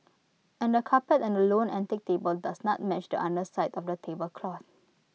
and the carpet and the lone antique table does not match the underside of the tablecloth